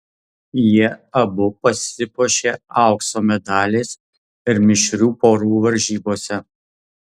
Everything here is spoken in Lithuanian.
jie abu pasipuošė aukso medaliais ir mišrių porų varžybose